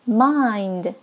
mind 。